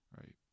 right